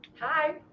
Hi